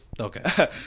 Okay